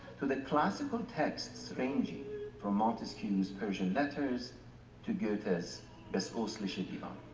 to the classical texts ranging from montesquieu's persian letters to goethe's west-oestlichier divan.